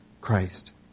Christ